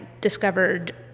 discovered